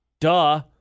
Duh